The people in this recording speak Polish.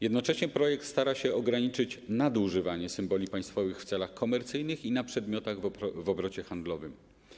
Jednocześnie projekt stara się ograniczyć nadużywanie symboli państwowych w celach komercyjnych i na przedmiotach w obrocie handlowym.